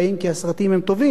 כי הסרטים טובים.